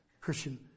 Christian